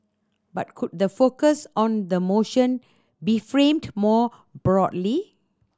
but could the focus on the motion be framed more broadly